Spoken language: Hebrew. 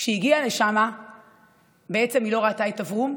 כשהיא הגיעה לשם בעצם היא לא ראתה את אברום,